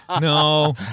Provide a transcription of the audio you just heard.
No